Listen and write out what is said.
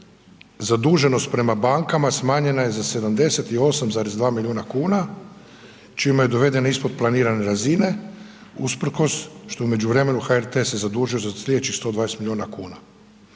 zaduženost prema bankama smanjena je za 78,2 milijuna kuna čime je dovedena ispod planirane razine usprkos što u međuvremenu HRT se zadužio za sljedećih 120 milijuna kuna.